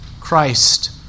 Christ